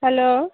hello